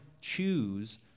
choose